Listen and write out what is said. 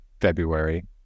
February